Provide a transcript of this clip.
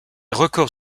records